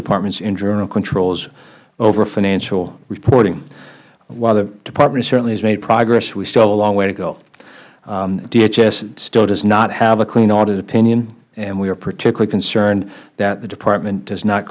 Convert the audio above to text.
department's internal controls over financial reporting while the department certainly has made progress we still have a long way to go dhs still does not have a clean audit opinion and we are particularly concerned that the department does not